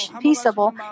peaceable